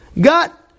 got